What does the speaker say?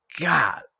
God